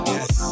Yes